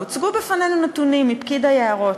הוצגו בפנינו נתונים על-ידי פקיד היערות,